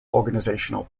organizational